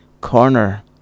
corner